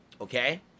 Okay